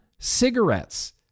Cigarettes